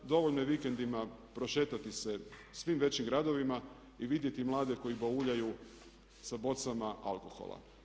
Dovoljno je vikendima prošetati se svim većim gradovima i vidjeti mlade koji bauljaju sa bocama alkohola.